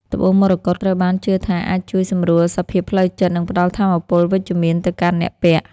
ត្បូងមរកតត្រូវបានជឿថាអាចជួយសម្រួលសភាពផ្លូវចិត្ត និងផ្តល់ថាមពលវិជ្ជមានទៅកាន់អ្នកពាក់។